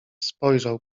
spojrzał